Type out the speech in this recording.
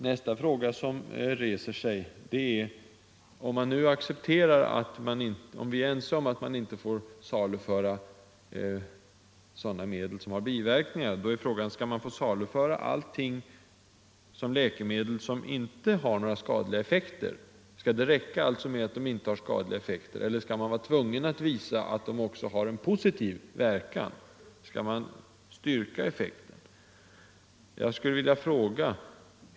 Nästa fråga: Om vi är ense om att man inte får saluföra sådana medel som har biverkningar, skall man då få saluföra allting såsom läkemedel som inte har några skadliga effekter? Eller skall man vara tvungen att visa att de också har en positiv verkan?